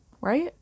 right